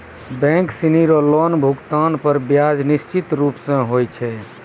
bank सिनी रो loan भुगतान पर ब्याज निश्चित रूप स होय छै